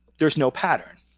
there's no pattern.